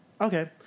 Okay